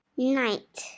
Night